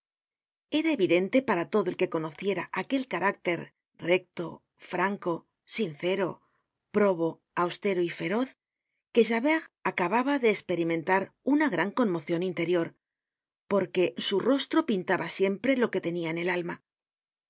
era evidente para todo el que conociera aquel carácter recto franco sincero probo austero y feroz que javert acababa de esperimentar una gran conmocion interior porque su rostro pintaba siempre lo que tenia en el alma